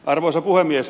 arvoisa puhemies